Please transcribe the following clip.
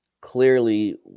clearly